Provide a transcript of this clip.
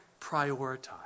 prioritize